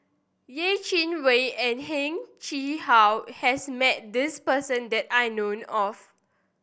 Yeh Chi Wei and Heng Chee How has met this person that I known of